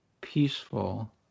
peaceful